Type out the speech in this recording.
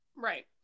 Right